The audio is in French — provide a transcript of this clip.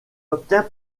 obtient